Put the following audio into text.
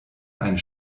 einen